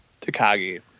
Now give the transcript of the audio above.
Takagi